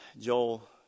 Joel